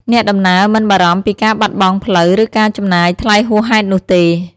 អ្នកដំណើរមិនបារម្ភពីការបាត់បង់ផ្លូវ ឬការចំណាយថ្លៃហួសហេតុនោះទេ។